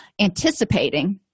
anticipating